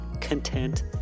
content